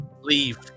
Leave